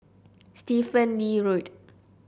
Stephen Lee Road